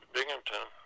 Binghamton